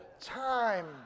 time